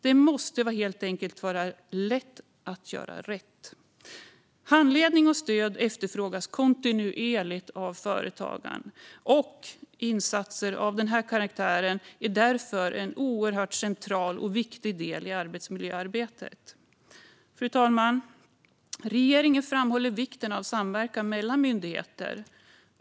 Det måste helt enkelt vara lätt att göra rätt. Handledning och stöd efterfrågas kontinuerligt av företagarna. Insatser av den karaktären är därför en oerhört central och viktig del i arbetsmiljöarbetet. Fru talman! Regeringen framhåller vikten av samverkan mellan myndigheter.